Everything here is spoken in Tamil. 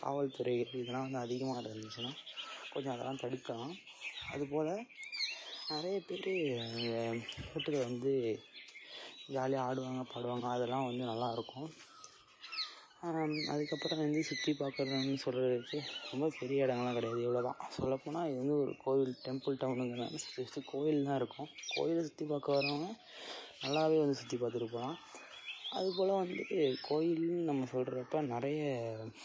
காவல்துறை எது இதெல்லாம் வந்து அதிகமாக இருந்துச்சுன்னா கொஞ்சம் அதெல்லாம் தடுக்கலாம் அதுபோல் நிறைய பேர் அங்கே கூட்டத்தில் வந்து ஜாலியாக ஆடுவாங்க பாடுவாங்க அதெல்லாம் வந்து நல்லா இருக்கும் அதுக்கப்புறம் வந்து சுற்றிப்பாக்கறதுன்னு சொல்கிறதுக்கு ரொம்ப பெரிய இடங்கள்லாம் கிடையாது இவ்வளோதான் சொல்லப்போனால் எங்கள் ஊர் கோவில் டெம்பிள் டவுனுங்கறதுனால சுற்றி சுற்றி கோவில் தான் இருக்கும் கோவிலை சுற்றிப்பாக்க வர்றவங்க நல்லா வந்து சுற்றிப்பாத்துட்டு போகலாம் அதுபோல் வந்து கோவில்னு நம்ம சொல்கிறப்ப நிறைய